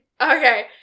okay